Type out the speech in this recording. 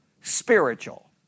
spiritual